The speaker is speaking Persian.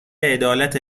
عدالت